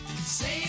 Save